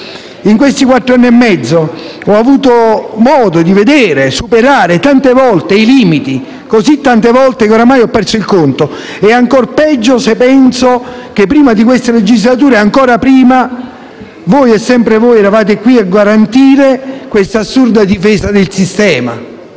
In questi quattro anni e mezzo ho avuto modo di veder superare tante volte i limiti, così tante volte che ormai ho perso il conto. Ed è ancora peggio se penso che prima di questa legislatura e ancora prima voi, e sempre voi, eravate qui a garantire questa assurda difesa del sistema.